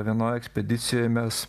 vienoj ekspedicijoj mes